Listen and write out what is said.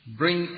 bring